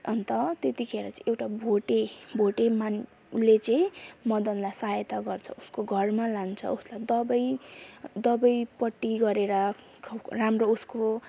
अन्त त्यतिखेर चाहिँ एउटा भोटे भोटे मान उसले चाहिँ मदनलाई सहायता गर्छ उसको घरमा लान्छ उसलाई दबाई दबाई पट्टी गरेर राम्रो उसको